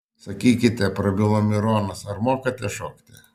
sakykite prabilo mironas ar mokate šokti